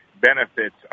benefits